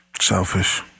Selfish